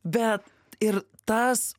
bet ir tas